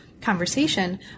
conversation